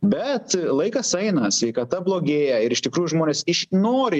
bet laikas eina sveikata blogėja ir iš tikrųjų žmonės iš nori